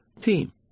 team